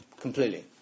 completely